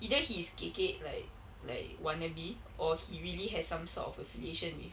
either he's kekek like like wannabe or he really has some sort of affiliation with